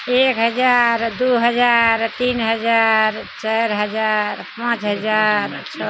एक हजार दू हजार तीन हजार चारि हजार पाँच हजार